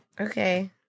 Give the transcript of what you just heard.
Okay